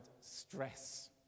stress